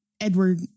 Edward